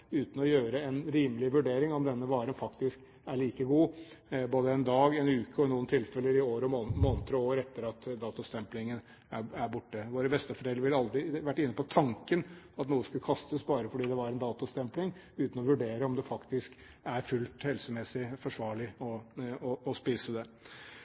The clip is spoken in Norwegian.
uten at man gjør en rimelig vurdering av om denne varen faktisk er like god både en dag, en uke og i noen tilfeller i måneder og år etter at datostemplingen har gått ut. Våre besteforeldre ville aldri vært inne på tanken på at noe skulle kastes bare fordi det var en datostempling, uten å vurdere om det faktisk er fullt helsemessig forsvarlig å spise det.